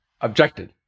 objected